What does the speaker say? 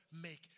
make